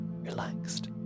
relaxed